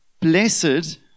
blessed